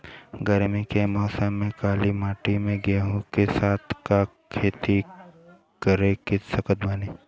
गरमी के मौसम में काली माटी में गेहूँ के साथ और का के खेती कर सकत बानी?